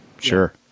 sure